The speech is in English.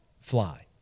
fly